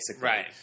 Right